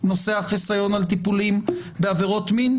נושא החיסיון על טיפולים בעבירות מין?